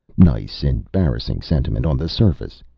nice, embarrassing sentiment, on the surface.